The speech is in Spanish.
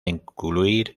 incluir